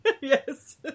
Yes